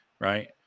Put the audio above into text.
right